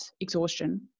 exhaustion